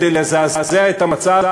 כדי לזעזע את המצב,